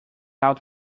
out